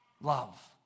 love